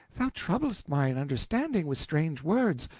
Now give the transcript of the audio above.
thou troublest mine understanding with strange words.